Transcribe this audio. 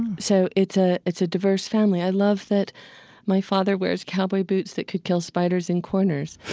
so it's ah it's a diverse family. i love that my father wears cowboy boots that could kill spiders in corners